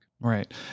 Right